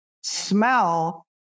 smell